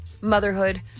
motherhood